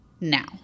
now